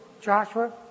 Joshua